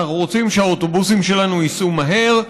אנחנו רוצים שהאוטובוסים שלנו ייסעו מהר,